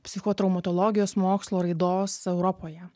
psichotraumatologijos mokslo raidos europoje